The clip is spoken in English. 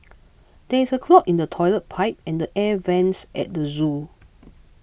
there is a clog in the Toilet Pipe and the Air Vents at the zoo